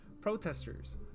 protesters